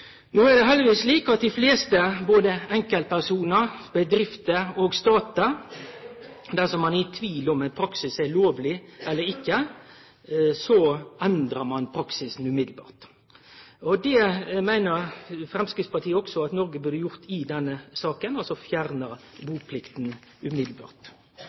No er det heldigvis slik at dei fleste, både enkeltpersonar, bedrifter og statar, dersom dei er i tvil om ein praksis er lovleg eller ikkje, endrar praksisen umiddelbart. Det meiner Framstegspartiet at Noreg også burde ha gjort i denne saka – altså fjerna buplikta umiddelbart.